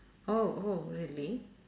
oh oh really